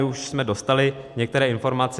My už jsme dostali některé informace.